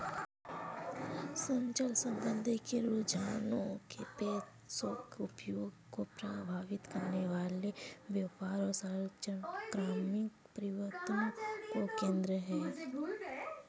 अचल संपत्ति के रुझानों पर शोध उद्योग को प्रभावित करने वाले व्यापार और संरचनात्मक परिवर्तनों पर केंद्रित है